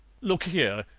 look here,